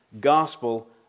gospel